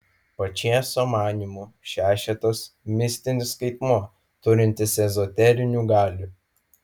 pačėso manymu šešetas mistinis skaitmuo turintis ezoterinių galių